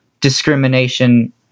discrimination